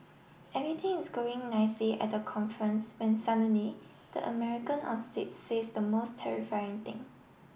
everything is going nicely at the conference when suddenly the American on stage says the most terrifying thing